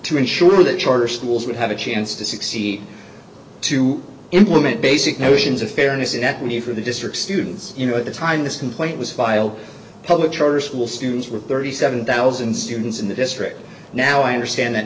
to ensure that charter schools would have a chance to succeed to implement basic notions of fairness and equity for the district students you know at the time this complaint was filed public charter school students were thirty seven thousand students in the district now i understand that